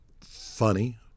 funny